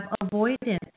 avoidance